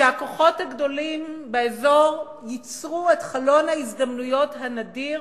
שהכוחות הגדולים באזור ייצרו את חלון ההזדמנויות הנדיר